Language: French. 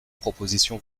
propositions